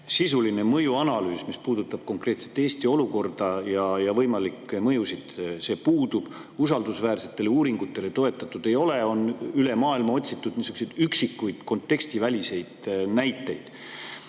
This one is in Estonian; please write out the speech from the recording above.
Sisuline mõjuanalüüs, mis puudutaks konkreetselt Eesti olukorda ja võimalikke mõjusid, puudub. Usaldusväärsetele uuringutele toetutud ei ole, üle maailma on otsitud üksikuid kontekstiväliseid näiteid.